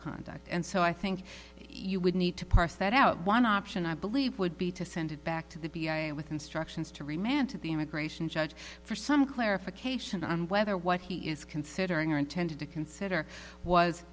conduct and so i think you would need to parse that out one option i believe would be to send it back to the b i a with instructions to remain to the immigration judge for some clarification on whether what he is considering or intended to consider was